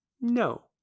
No